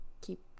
keep